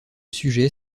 sujet